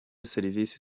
serivise